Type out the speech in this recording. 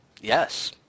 Yes